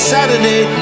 Saturday